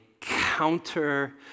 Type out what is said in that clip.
counter